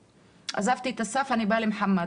עזבתי את אסף, אני באה למוחמד.